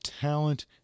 talent